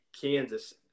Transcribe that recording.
Kansas